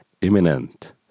imminent